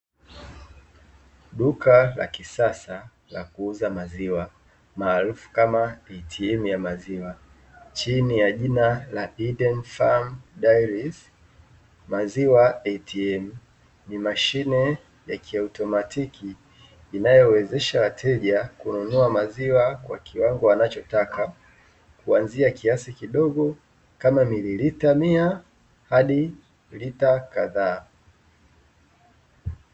Duka la kisasa la kuuza maziwa maarufu kama "ATM ya maziwa", chini ya jina la "Eden Farm Dairies". "Maziwa ATM"', ni mashine ya kiutomatiki inayowezesha wateja kununua maziwa kwa kiwango wanachotaka, kuanzia kiasi kidogo kama mililita mia hadi lita kadhaa.